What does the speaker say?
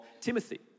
Timothy